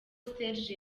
serge